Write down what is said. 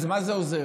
אז מה זה עוזר?